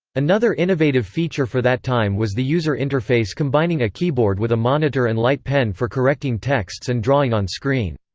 another innovative feature for that time was the user interface combining a keyboard with a monitor and light pen for correcting texts and drawing on screen.